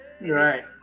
right